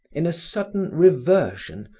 in a sudden reversion,